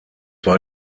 war